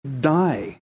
die